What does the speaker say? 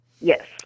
Yes